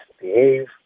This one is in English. behave